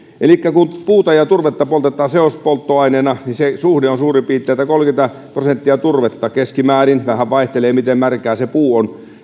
elikkä kun puuta ja turvetta poltetaan seospolttoaineena niin se suhde on suurin piirtein niin että keskimäärin kolmekymmentä prosenttia turvetta vähän vaihtelee sen mukaan miten märkää se puu on